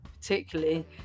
particularly